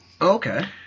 Okay